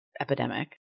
epidemic